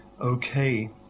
okay